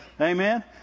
Amen